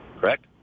Correct